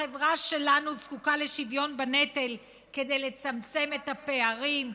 החברה שלנו זקוקה לשוויון בנטל כדי לצמצם את הפערים,